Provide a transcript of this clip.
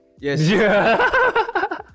yes